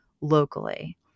locally